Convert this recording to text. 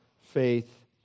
faith